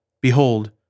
Behold